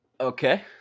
Okay